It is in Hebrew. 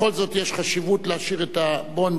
בכל זאת, יש חשיבות להשאיר את "הבונדס"